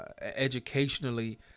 educationally